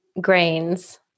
grains